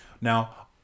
Now